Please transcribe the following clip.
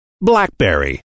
BlackBerry